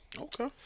Okay